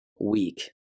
Weak